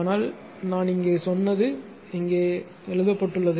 ஆனால் நான் இங்கே சொன்னது இங்கே எழுதப்பட்டுள்ளது